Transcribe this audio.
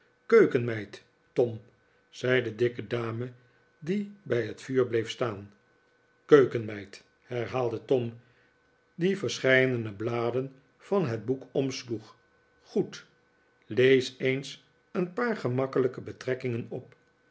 keukenmeid tom zei de dikke dame die bij het vuur bleef staan keukenmeid herhaalde tom die verscheidene bladen van het boek omsloeg goed lees eens een paar gemakkelijke betrekkingen op